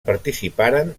participaren